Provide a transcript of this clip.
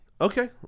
Okay